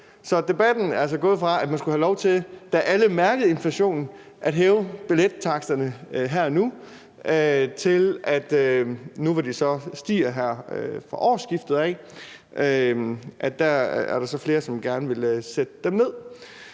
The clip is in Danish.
Så debatten er altså gået fra, at man, da alle mærkede inflationen, skulle have lov til at hæve billettaksterne her og nu, til – nu, hvor de så stiger her fra årsskiftet – at der så er flere, som gerne vil sætte dem ned.